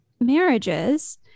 marriages